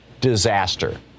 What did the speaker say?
disaster